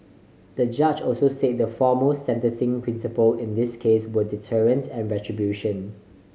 the judge also said the foremost sentencing principle in this case were deterrence and retribution